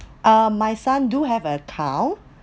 uh my son do have an account